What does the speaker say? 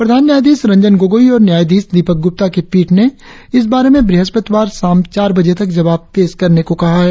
प्रधान न्यायाधीश रंजन गोगोई और न्यायाधीश दीपक गुप्ता की पीठ ने इस बारे में ब्रहस्पतिवार शाम चार बजे तक जवाब पेश करने को कहा है